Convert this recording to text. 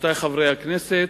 רבותי חברי הכנסת,